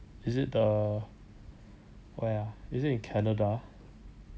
is it the where ah is it in Canada